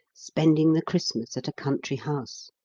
spending the christmas at a country house,